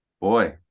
boy